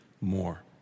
more